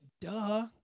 Duh